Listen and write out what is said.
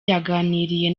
yaganiriye